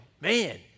Man